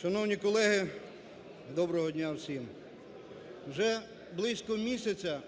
Шановні колеги, доброго дня всім! Вже близько місяця